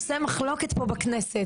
נושא מחלוקת פה בכנסת.